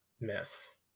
miss